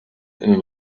and